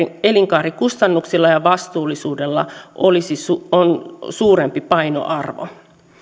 elinkaarikustannuksilla ja vastuullisuudella on suurempi painoarvo